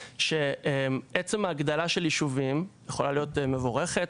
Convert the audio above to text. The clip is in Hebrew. שעצם ההגדלה של יישובים יכולה להיות מבורכת.